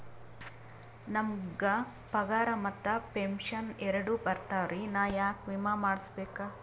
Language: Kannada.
ನಮ್ ಗ ಪಗಾರ ಮತ್ತ ಪೆಂಶನ್ ಎರಡೂ ಬರ್ತಾವರಿ, ನಾ ಯಾಕ ವಿಮಾ ಮಾಡಸ್ಬೇಕ?